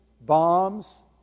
bombs